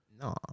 No